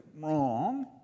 wrong